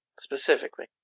specifically